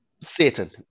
Satan